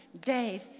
days